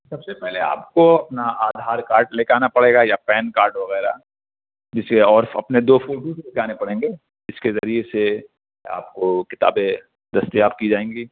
سب سے پہلے آپ کو اپنا آدھار کارڈ لے کے آنا پڑے گا یا پین کارڈ وغیرہ جسے اور اپنے دو فوٹوز لانے پڑیں گے اس کے ذریعے سے آپ کو کتابیں دستیاب کی جائیں گی